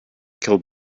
killed